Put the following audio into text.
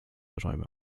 räume